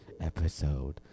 Episode